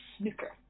snooker